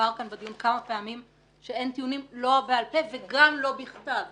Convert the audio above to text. הובהר כאן בדיון כמה פעמים שאין דיונים לא בעל פה וגם לא בכתב.